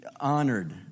honored